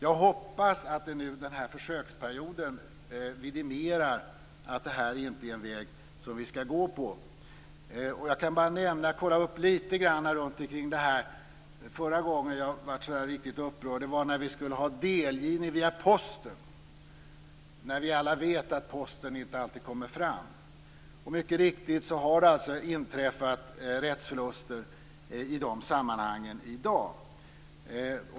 Jag hoppas att den här försöksperioden vidimerar att det här inte är en väg som vi skall gå. Jag kan bara nämna, eftersom jag har kollat upp detta lite grann sedan förra gången jag blev så där riktigt upprörd. Det var när vi skulle ha delgivning via posten. Vi vet alla att posten inte alltid kommer fram. Mycket riktigt har det inträffat rättsförluster i de sammanhangen.